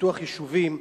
ופיתוח יישובים.